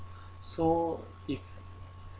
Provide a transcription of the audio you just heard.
so if